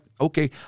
okay